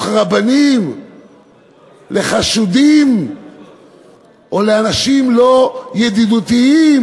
רבנים לחשודים או לאנשים לא ידידותיים,